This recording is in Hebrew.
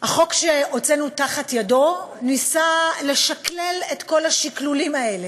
בחוק שהוצאנו מתחת ידינו ניסינו לשכלל את כל השכלולים האלה,